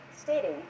stating